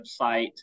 website